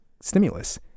stimulus